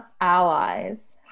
allies